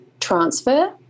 transfer